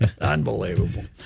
Unbelievable